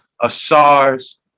Asar's